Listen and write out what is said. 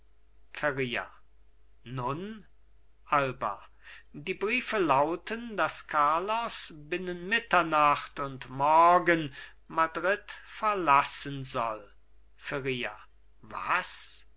feria nun alba die briefe lauten daß carlos binnen mitternacht und morgen madrid verlassen soll feria was